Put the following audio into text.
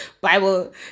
Bible